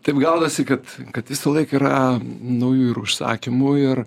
taip gaunasi kad kad visąlaik yra naujų ir užsakymų ir